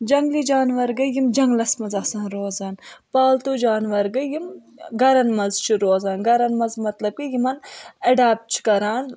جنگلی جانور گے یِم جنَگلَس منٛز آسان روزان پالتو جانور گے یِم گَرن منٛزچھِ روزان گَرن منٛز مطلب کہِ یِمَن اٮ۪ڈیپٹ چھِ کَران